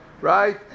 right